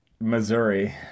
Missouri